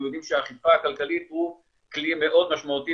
אנחנו יודעים שהאכיפה הכלכלית היא כלי מאוד משמעותי